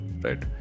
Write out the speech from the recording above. right